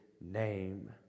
name